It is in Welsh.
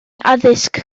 addysg